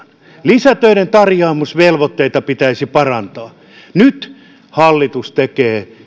lisätöiden tarjoamisvelvoitteita pitäisi parantaa nyt hallitus tekee